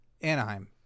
Anaheim